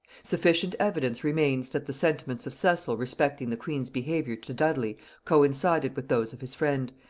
sufficient evidence remains that the sentiments of cecil respecting the queen's behaviour to dudley coincided with those of his friend,